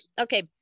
Okay